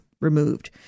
Removed